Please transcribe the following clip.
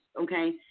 okay